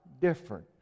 different